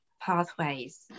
pathways